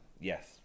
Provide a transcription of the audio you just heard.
yes